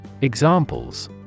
Examples